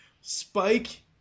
Spike